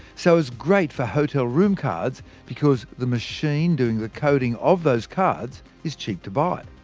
so it's great for hotel room cards, because the machine doing the coding of those cards is cheap to buy.